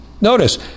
Notice